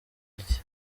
iki